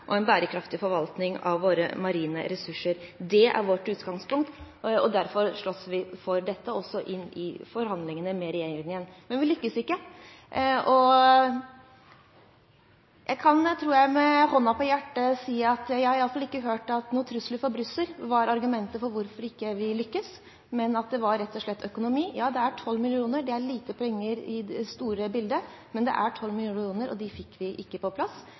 og en bærekraftig forvaltning av våre marine ressurser. Det er vårt utgangspunkt, og derfor sloss vi også for dette i forhandlingene med regjeringen. Men vi lyktes ikke. Jeg tror jeg med hånden på hjertet kan si at jeg i alle fall ikke har hørt at trusler fra Brussel var argumenter for hvorfor vi ikke lyktes, men at det rett og slett var økonomi. Ja, det er 12 mill. kr. – det er lite penger i det store bildet, men det er 12 mill. kr – og dem fikk vi ikke på plass.